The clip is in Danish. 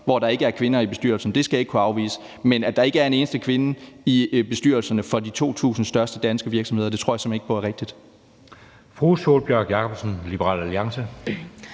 hvor der ikke er kvinder i bestyrelsen – det skal jeg ikke kunne afvise – men at der ikke er en eneste kvinde i bestyrelserne for de 2.000 største danske virksomheder, tror jeg simpelt hen ikke på er rigtigt.